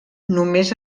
només